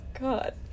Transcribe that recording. god